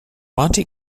monte